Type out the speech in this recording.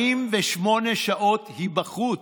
48 שעות היא בחוץ.